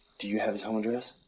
do you have his home address?